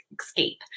escape